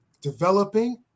developing